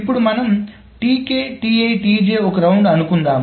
ఇప్పుడు మనము ఒక రౌండ్ను అనుకుందాం